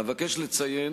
אבקש לציין